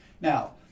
Now